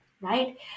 right